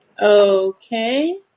Okay